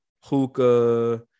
hookah